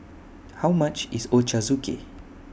How much IS Ochazuke